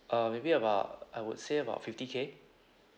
uh maybe about I would say about fifty K